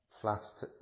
flats